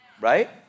right